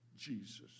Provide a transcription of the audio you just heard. Jesus